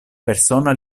persona